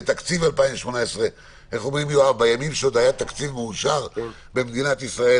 בימים שעוד היה מאושר תקציב במדינת ישראל.